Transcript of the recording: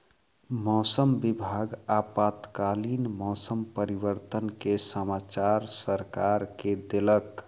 मौसम विभाग आपातकालीन मौसम परिवर्तन के समाचार सरकार के देलक